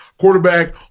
quarterback